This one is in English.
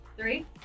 Three